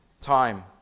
Time